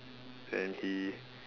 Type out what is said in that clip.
and he